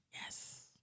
Yes